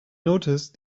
noticed